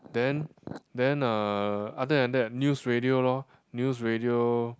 then then uh other than that news radio lor news radio